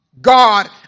God